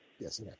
Yes